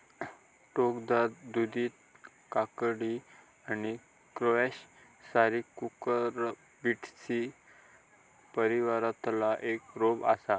टोकदार दुधी काकडी आणि स्क्वॅश सारी कुकुरबिटेसी परिवारातला एक रोप असा